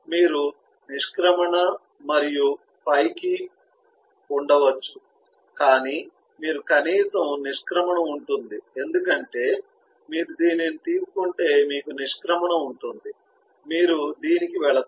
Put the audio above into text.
మీరు నిష్క్రమణ మరియు పైకి ఉండవచ్చు కానీ మీరు కనీసం నిష్క్రమణ ఉంటుంది ఎందుకంటే మీరు దీనిని తీసుకుంటే మీకు నిష్క్రమణ ఉంటుంది మీరు దీనికి వెళతారు